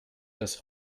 das